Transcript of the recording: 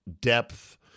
depth